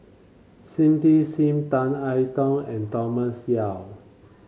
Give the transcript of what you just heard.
Cindy Sim Tan I Tong and Thomas Yeo